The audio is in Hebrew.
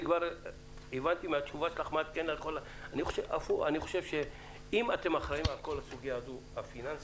כבר הבנתי מהתשובה שלך אם אתם אחראים על כל הסוגיה הפיננסית,